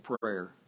prayer